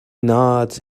nods